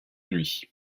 nuit